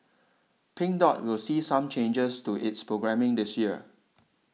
Pink Dot will see some changes to its programming this year